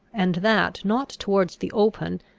and that not towards the open,